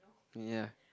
ya